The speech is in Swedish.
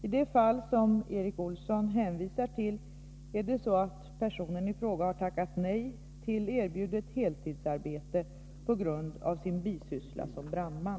I det fall som Erik Olsson hänvisar till är det så att personen i fråga har tackat nej till erbjudet heltidsarbete på grund av sin bisyssla som brandman.